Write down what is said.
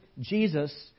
Jesus